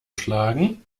schlagen